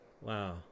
Wow